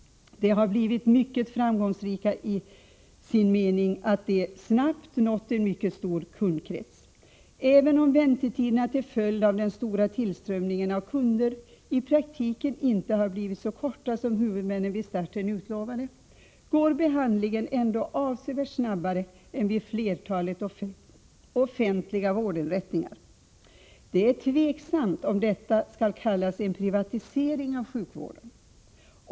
De har blivit mycket framgångsrika i meningen att de snabbt nått en mycket stor kundkrets. Även om väntetiderna till följd av den stora tillströmningen av kunder i praktiken inte har blivit så korta som huvudmännen vid starten utlovade, går behandlingen ändå avsevärt snabbare än vid flertalet offentliga vårdinrättningar. Det är tveksamt om detta skall kallas en ”privatisering” av sjukvården.